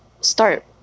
Start